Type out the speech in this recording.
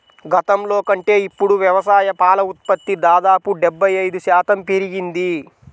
గతంలో కంటే ఇప్పుడు వ్యవసాయ పాల ఉత్పత్తి దాదాపు డెబ్బై ఐదు శాతం పెరిగింది